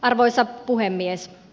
arvoisa puhemies